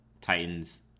Titans